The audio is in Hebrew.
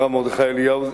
הרב מרדכי אליהו,